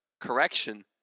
Correction